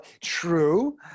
true